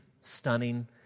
stunning